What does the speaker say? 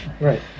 Right